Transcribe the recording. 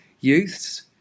youths